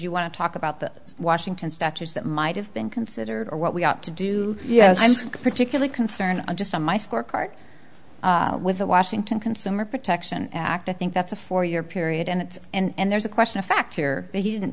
you want to talk about the washington statutes that might have been considered or what we ought to do yes i'm particularly concerned just on my scorecard with the washington consumer protection act i think that's a four year period and and there's a question of fact here he didn't